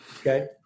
Okay